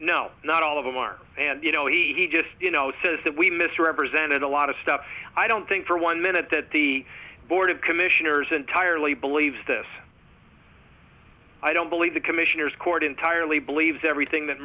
no not all of them are and you know he just says that we misrepresented a lot of stuff i don't think for one minute that the board of commissioners entirely believes this i don't believe the commissioners court entirely believes everything that